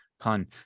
pun